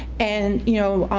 and, you know,